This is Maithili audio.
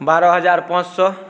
बारह हजार पाँच सओ